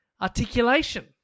articulation